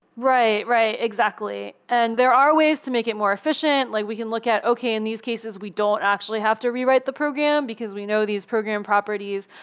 right. right. exactly. and there are ways to make it more efficient. like we can look at, okay. in these cases, we don't actually have to rewrite the program, because we know these program properties.